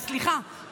אז סליחה,